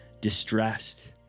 distressed